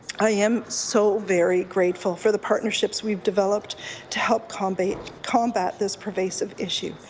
i am so very grateful for the partnerships we've developed to help combat combat this persuasive issue.